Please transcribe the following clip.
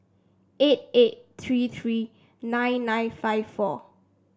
eight eight three three nine nine five four